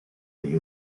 the